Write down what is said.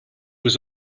was